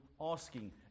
asking